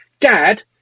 Dad